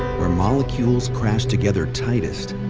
where molecules crash together tightest,